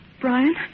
Brian